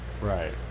right